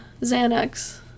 xanax